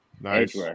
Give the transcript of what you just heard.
Nice